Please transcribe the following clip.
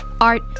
art